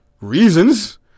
reasons